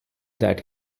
that